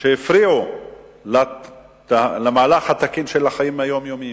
שהפריעו למהלך התקין של החיים היומיומיים,